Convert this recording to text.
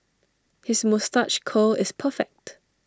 his moustache curl is perfect